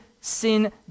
sin